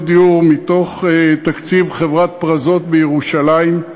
דיור מתוך תקציב חברת "פרזות" בירושלים.